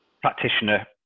practitioner